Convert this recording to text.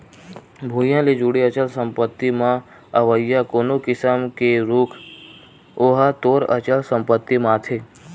भुइँया ले जुड़े अचल संपत्ति म अवइया कोनो किसम के रूख ओहा तोर अचल संपत्ति म आथे